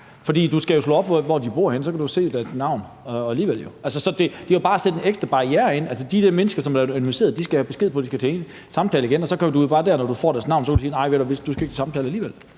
du skal jo slå op, hvor de bor henne, og så kan du jo alligevel se deres navn. Det er jo bare at sætte en ekstra barriere ind. De der mennesker, som er anonymiseret, skal have besked på, at de skal til samtale igen, og så kan du jo bare gøre det, når du får deres navn, at du siger: Nej, du skal ikke til samtale alligevel.